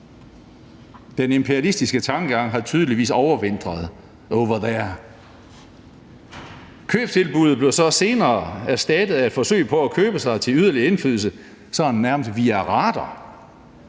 den imperialistiske tankegang har tydeligvis overvintret over there. Købstilbuddet blev så senere erstattet af forsøg på at købe sig til yderligere indflydelse sådan nærmest via radar.